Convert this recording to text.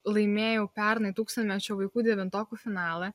laimėjau pernai tūkstantmečio vaikų devintokų finalą